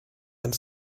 and